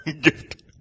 gift